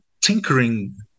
tinkering